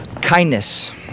kindness